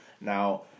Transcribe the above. now